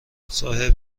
صاحب